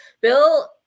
Bill